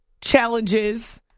challenges